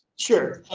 sure,